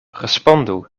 respondu